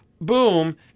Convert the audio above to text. boom